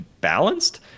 balanced